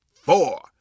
four